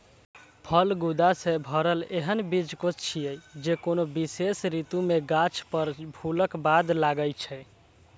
फल गूदा सं भरल एहन बीजकोष छियै, जे कोनो विशेष ऋतु मे गाछ पर फूलक बाद लागै छै